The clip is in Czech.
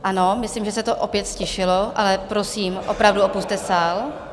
Ano, myslím, že se to opět ztišilo, ale prosím, opravdu opusťte sál.